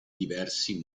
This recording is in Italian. diversi